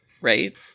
Right